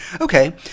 Okay